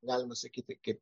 galima sakyti kaip